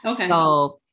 Okay